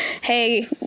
Hey